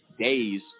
Days